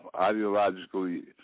ideologically